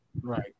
Right